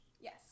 Yes